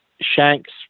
shanks